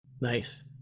nice